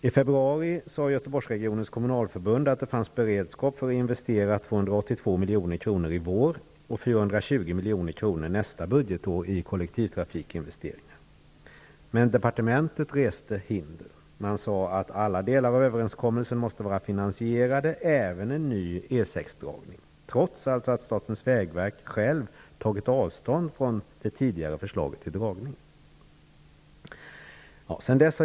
I februari sade Göteborgsregionens kommunalförbund att det när det gällde trafikinvesteringar fanns beredskap för att investera 282 milj.kr. i vår och 420 milj.kr. nästa budgetår. Men departementet reste hinder. Man sade att alla delar av överenskommelsen måste vara finansierade, även en ny E 6-dragning, trots att statens vägverk självt tagit avstånd från det tidigare förslaget till dragning.